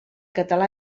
català